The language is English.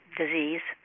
disease